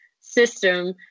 system